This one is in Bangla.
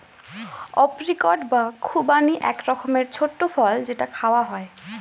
অপ্রিকট বা খুবানি এক রকমের ছোট্ট ফল যেটা খাওয়া হয়